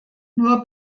nur